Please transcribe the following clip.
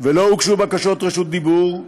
ולא הוגשו בקשות רשות דיבור.